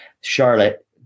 Charlotte